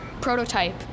prototype